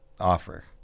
offer